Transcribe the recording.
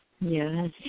Yes